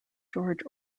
george